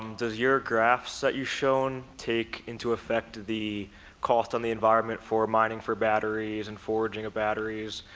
um does your graphs that you shown take into effect the cost on the environment for mining, for batteries and forging a batteries?